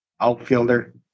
Outfielder